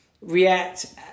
react